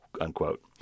unquote